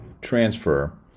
transfer